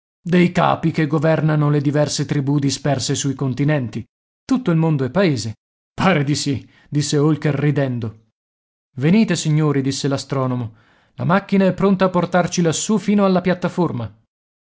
dei capi che governano le diverse tribù disperse sui continenti tutto il mondo è paese pare di sì disse holker ridendo venite signori disse l'astronomo la macchina è pronta a portarci lassù fino alla piattaforma